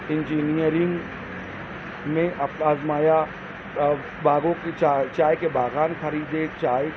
engineering میں اپنا آزمایا اور باغوں کی چائے کے چائےکے باغان خریدے چائے